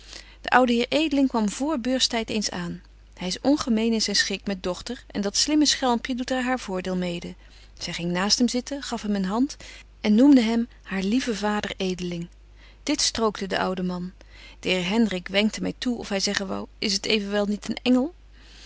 de oude heer edeling kwam vr beurstyd eens aan hy is ongemeen in zyn schik met dochter en dat slimme schelmpje doet er haar voordeel mede zy ging naast hem zitten gaf hem een hand en noemde hem haar lieven vader edeling dit strookte den ouden man de heer hendrik wenkte my toe of hy zeggen wou is het evenwel niet een engel